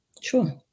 Sure